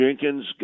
Jenkins